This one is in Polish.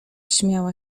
śmiała